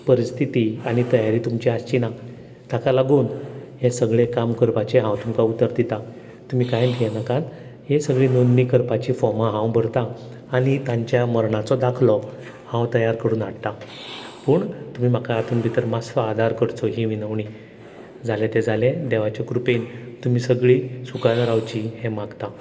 परिस्थिती आनी तयारी तुमची आसची ना ताका लागून हें सगलें काम करपाची हांव तुमकां उतर दिता तुमी काय भिये नाकात हे सगले नोंदणी करपाची फोर्मां हांव भरतां आनी तांच्या मरणाचो दाखलो हांव तयार करून हाडटा पूण तुमी म्हाका हितून भितर मातसो आदार करचो ही विनवणी जालें तें जालें देवाचे कृपेन तुमी सगलीं सुकान रावचें हें मागता